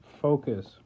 focus